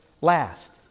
last